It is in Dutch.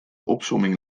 opsomming